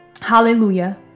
Hallelujah